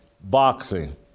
boxing